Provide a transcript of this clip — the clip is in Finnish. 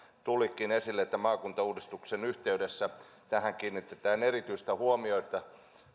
tulikin esille että maakuntauudistuksen yhteydessä tähän kiinnitetään erityistä huomiota